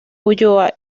ulloa